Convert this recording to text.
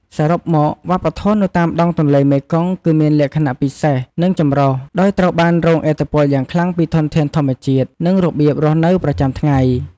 សរុបមក វប្បធម៌នៅតាមដងទន្លេមេគង្គគឺមានលក្ខណៈពិសេស និងចម្រុះ ដោយត្រូវបានរងឥទ្ធិពលយ៉ាងខ្លាំងពីធនធានធម្មជាតិ និងរបៀបរស់នៅប្រចាំថ្ងៃ។